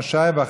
11276 ו-11325.